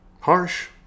Harsh